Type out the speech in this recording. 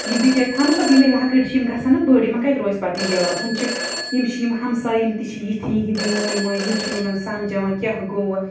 یِم بِچٲرۍ تھاونہٕ پَتہٕ یِمَے لۄکٕٹۍ چھِ یِم گژھَن نہ بٔڑۍ یِمَن کَتہِ روزِ پَتہٕ یہِ یاد ہُم چھِ یِم چھِ یِم ہَمساے یِم تہِ چھِ یِتھی یِہِنٛدۍ یِم مٲلۍ مٲج یِم چھِنہٕ یِمَن سَمجھاوان کیٛاہ گوٚوٕ